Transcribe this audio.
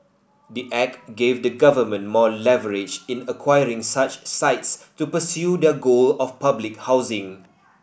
the act gave the government more leverage in acquiring such sites to pursue their goal of public housing